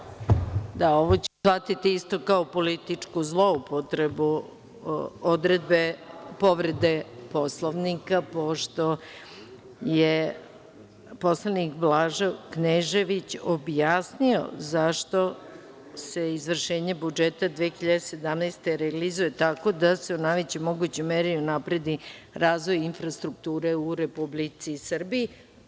Da, ovo ćemo shvatiti isto kao političku zloupotrebu povrede Poslovnika, pošto je poslanik Blaža Knežević objasnio zašto se izvršenje budžeta 2017. godine realizuje tako da se u najvećoj mogućoj meri unapredi razvoj infrastrukture u Republici Srbiji.